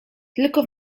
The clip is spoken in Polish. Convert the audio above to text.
tylko